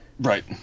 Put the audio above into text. Right